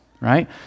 right